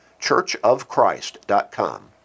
churchofchrist.com